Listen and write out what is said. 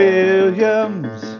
Williams